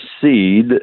seed